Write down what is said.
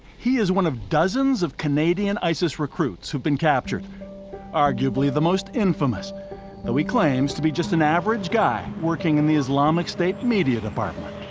he is one of dozens of canadian isis recruits who've been captured arguably the most infamous he claims to be just an average guy working in the islamic state media department.